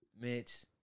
Mitch